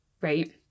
right